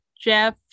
Jeff